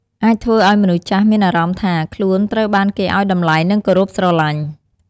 អាចធ្វើឱ្យមនុស្សចាស់មានអារម្មណ៍ថា ខ្លួនត្រូវបានគេឱ្យតម្លៃ និងគោរពស្រឡាញ់។